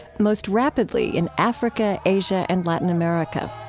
most rapidly in africa, asia, and latin america.